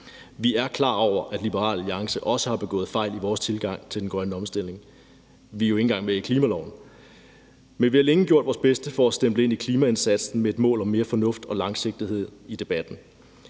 Vi er klar over, at vi i Liberal Alliance også har begået fejl i vores tilgang til den grønne omstilling, vi er jo ikke engang med i klimaloven, men vi har længe gjort vores bedste for at stemple ind i klimaindsatsen med et mål om mere fornuft og langsigtethed i debatten,